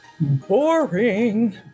boring